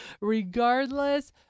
Regardless